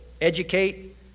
educate